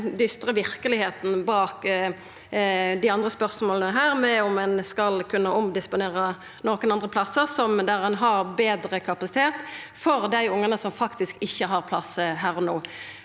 Det er den dystre verkelegheita bak dei andre spørsmåla her – om ein skal kunna omdisponera nokre andre plassar der ein har betre kapasitet, for dei ungane som faktisk ikkje har plass her og no.